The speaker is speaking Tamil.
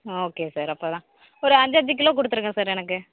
ஓகே சார் அப்போ தான் ஒரு அஞ்சு அஞ்சு கிலோ கொடுத்துடுங்க சார் எனக்கு